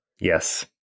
yes